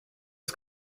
ist